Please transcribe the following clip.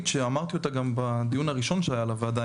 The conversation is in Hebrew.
שאמרתי אותה גם בדיון הראשון שהיה לוועדה,